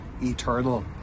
eternal